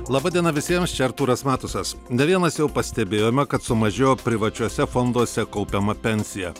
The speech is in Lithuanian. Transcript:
laba diena visiems čia artūras matusas ne vienas jau pastebėjome kad sumažėjo privačiuose fonduose kaupiama pensija